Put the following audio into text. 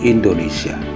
Indonesia